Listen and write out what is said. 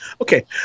okay